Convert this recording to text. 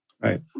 Right